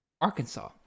Arkansas